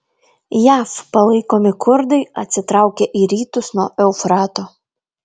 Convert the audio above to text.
jav palaikomi kurdai atsitraukė į rytus nuo eufrato